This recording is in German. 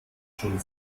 schon